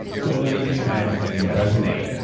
so let me give you my understanding of resonate. and